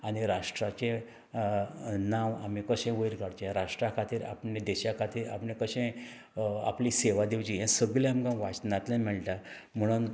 आनी राष्ट्राचें नांव आमी कशें वयर काडचें राष्ट्रा खातीर आपणें देशा खातीर आपणें कशें आपली सेवा दिवची हें सगलें आमकां वाचनातल्या मेळटा म्हुणून